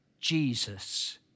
Jesus